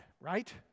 right